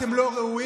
אתם לא ראויים,